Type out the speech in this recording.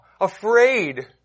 afraid